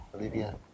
Olivia